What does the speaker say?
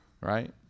Right